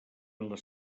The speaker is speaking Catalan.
les